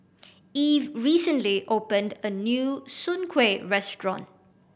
Eve recently opened a new soon kway restaurant